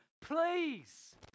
Please